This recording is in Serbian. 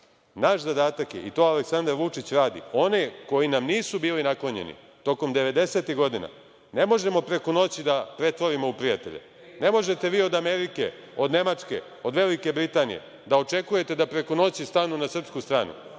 zadatak je, i to Aleksandar Vučić radi, one koji nam nisu bili naklonjeni tokom 90-ih godina ne možemo preko noći da pretvorimo u prijatelje. Ne možete vi od Amerike, od Nemačke, od Velike Britanije da očekujete da preko noći stanu na srpsku stranu,